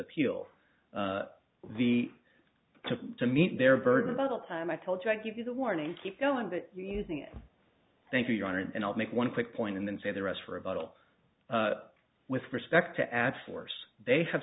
appeal we took to meet their burden by the time i told you i give you the warning keep telling that using it thank you your honor and i'll make one quick point and then save the rest for a bottle with respect to add force they have